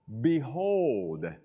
behold